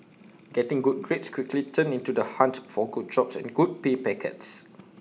getting good grades quickly turned into the hunt for good jobs and good pay packets